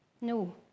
no